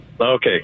Okay